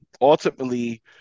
ultimately